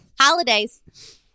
Holidays